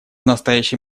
настоящий